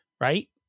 right